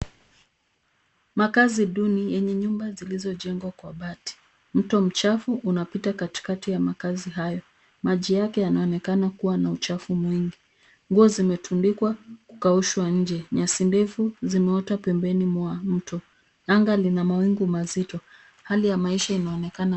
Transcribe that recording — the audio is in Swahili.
Makaazi duni enye nyumba zilizojengwa kwa bati, mto mchafu unapita katikati ya makaazi hayo. Maji yake yanaonekana kuwa uchafu mwingi, nguo zimetundikwa kukaushwa nje. Nyasi ndefu zimeota pembeni mwa mto, anga lina mawingu mazito. Hali ya maisha inaonekana.